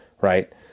right